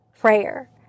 prayer